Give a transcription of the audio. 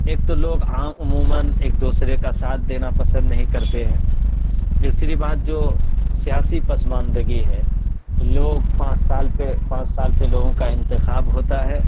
ایک تو لوگ عموماً ایک دوسرے کا ساتھ دینا پسند نہیں کرتے ہیں تیسری بات جو سیاسی پسماندگی ہے لوگ پانچ سال پہ پانچ سال پہ لوگوں کا انتخاب ہوتا ہے